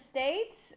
States